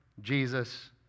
Jesus